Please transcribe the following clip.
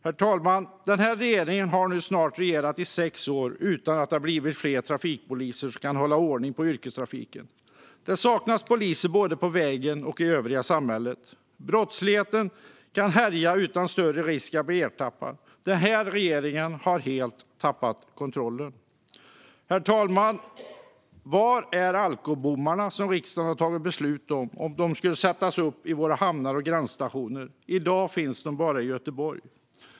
Herr talman! Denna regering har snart regerat i sex år utan att det har blivit fler trafikpoliser som kan hålla ordning på yrkestrafiken. Det saknas poliser både på vägen och i övriga samhället. Brottslingar kan härja utan större risk att bli ertappade. Regeringen har helt tappat kontrollen. Herr talman! Var är alkobommarna, som riksdagen har tagit beslut om? De skulle sättas upp i våra hamnar och gränsstationer. I dag finns de bara i Göteborg.